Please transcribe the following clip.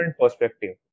perspective